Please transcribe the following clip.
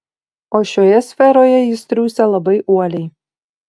o šioje sferoje jis triūsia labai uoliai